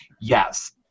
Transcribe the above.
Yes